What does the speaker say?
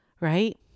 Right